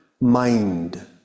mind